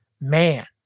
man